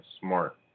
smart